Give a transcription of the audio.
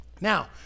Now